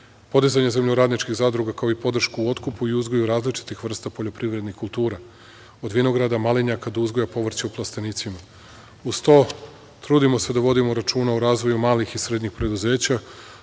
podizanje zemljoradničkih zadruga, kao i podršku u otkupu i uzgoju različitih vrsta poljoprivrednih kultura, od vinograda, malinjaka, do uzgoja povrća u plastenicima. Uz to trudimo se da vodimo računa o razvoju malih i srednjih preduzeća,